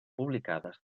publicades